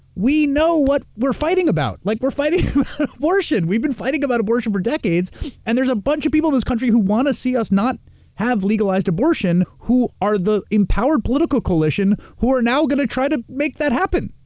we know what we're fighting about. like we're fighting about abortion. we've been fighting about abortion for decades and there's a bunch of people this country who want to see us not have legalized abortion who are the empowered political coalition, who are now going to try to make that happen.